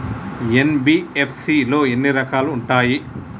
NBFC లో ఎన్ని రకాలు ఉంటాయి?